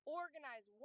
organize